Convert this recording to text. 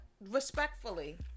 respectfully